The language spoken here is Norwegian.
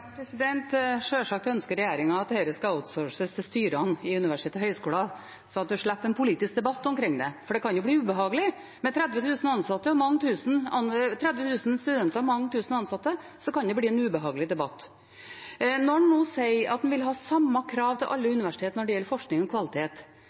Sjølsagt ønsker regjeringen at dette skal outsources til styrene i universitet og høyskoler, slik at en slipper en politisk debatt omkring det, for det kan jo bli ubehagelig. Med 30 000 studenter og mange tusen ansatte kan det bli en ubehagelig debatt. Når en nå sier at en vil ha samme krav til alle